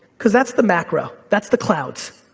cause that's the macro, that's the clouds.